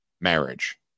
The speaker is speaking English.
marriage